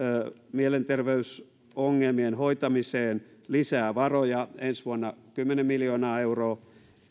mielenterveysongelmien hoitamiseen lisää varoja ensi vuonna kymmenen miljoonaa euroa